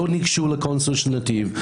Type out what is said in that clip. לא ניגשו לקונסול של נתיב.